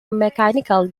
mechanical